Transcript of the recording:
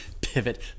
Pivot